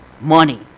Money